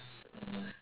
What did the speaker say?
mm